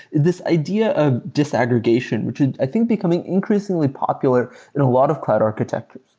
this idea and disaggregation, which i think becoming increasingly popular in a lot of cloud architectures.